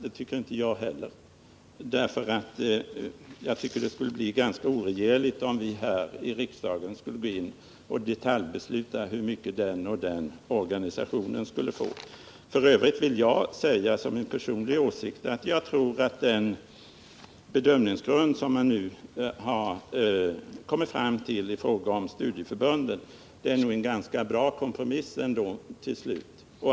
Det tycker inte jag heller. Det skulle bli ganska oregerligt om vi här i riksdagen skulle detaljbesluta hur mycket den och den organisationen skulle få. F. ö. är det min personliga åsikt att den bedömningsgrund som man nu har kommit fram till i fråga om studieförbunden nog är en ganska bra kompromiss.